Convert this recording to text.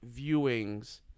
viewings